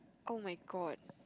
[oh]-my-god